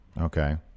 Okay